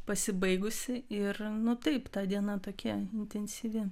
pasibaigusi ir nu taip ta diena tokia intensyvi